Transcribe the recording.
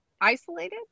isolated